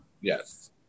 Yes